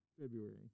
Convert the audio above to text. February